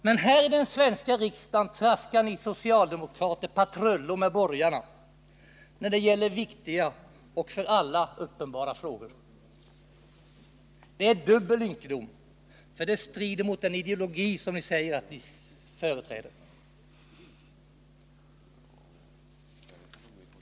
Men här i den svenska riksdagen traskar ni socialdemokrater patrullo med borgarna när det gäller viktiga och för alla uppenbara angelägenheter. Det är dubbel ynkedom, för det strider mot den ideologi som ni säger er företräda.